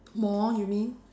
more you mean